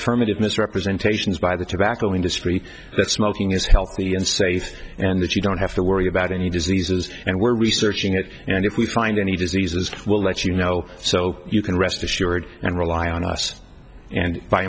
affirmative misrepresentations by the tobacco industry that smoking is healthy and safe and that you don't have to worry about any diseases and we're researching it and if we find any diseases we'll let you know so you can rest assured and rely on us and b